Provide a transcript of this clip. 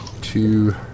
Two